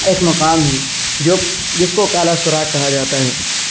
ایک مقام ہے جو جس کو کالا سوراخ کہا جاتا ہے